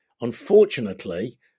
unfortunately